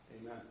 Amen